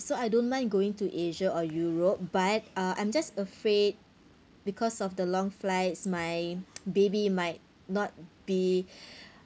so I don't mind going to asia or europe but uh I'm just afraid because of the long flights my baby might not be